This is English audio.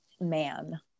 man